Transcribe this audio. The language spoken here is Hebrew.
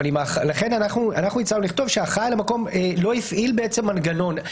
לכן הצענו לכתוב שהאחראי על המקום לא הפעיל מנגנון.